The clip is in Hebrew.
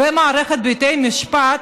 ומערכת בתי המשפט,